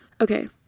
Okay